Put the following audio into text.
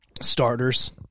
starters